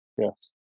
yes